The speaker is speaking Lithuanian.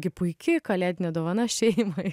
gi puiki kalėdinė dovana šeimai